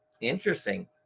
Interesting